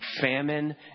famine